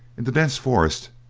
in the dense forest,